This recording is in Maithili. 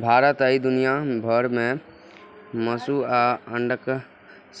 भारत आइ दुनिया भर मे मासु आ अंडाक